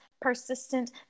persistent